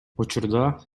учурда